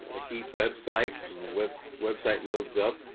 a heat website, web website loads up.